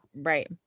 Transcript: Right